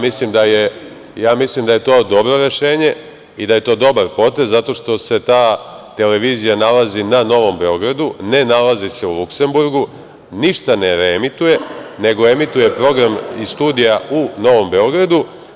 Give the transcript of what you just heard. Mislim da je to dobro rešenje i da je to dobar potez, zato što se ta televizija nalazi na Novom Beogradu, ne nalazi se u Luksemburku, nište ne reemituje, nego emituje program iz studija u Novom Beogradu.